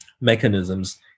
mechanisms